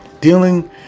Dealing